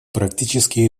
практические